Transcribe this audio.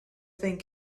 thing